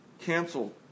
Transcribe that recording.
canceled